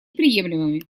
приемлемыми